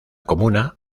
comuna